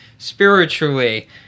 spiritually